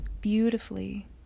beautifully